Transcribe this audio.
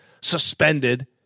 suspended